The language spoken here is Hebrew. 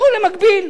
תעברו במקביל.